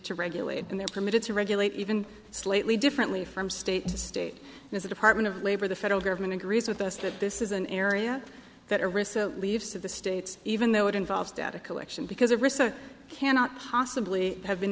to regulate and they're permitted to regulate even slightly differently from state to state and the department of labor the federal government agrees with us that this is an area that arista leaves to the states even though it involves data collection because of recent cannot possibly have been